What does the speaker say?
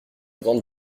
grande